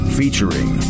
featuring